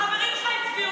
החברים שלך הצביעו נגד.